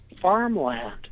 farmland